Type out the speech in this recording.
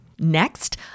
Next